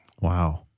Wow